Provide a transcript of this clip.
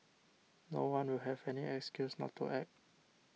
no one will have any excuse not to act